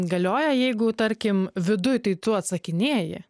galioja jeigu tarkim viduj tai tu atsakinėji